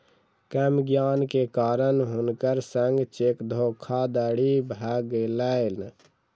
कम ज्ञान के कारण हुनकर संग चेक धोखादड़ी भ गेलैन